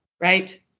right